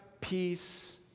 peace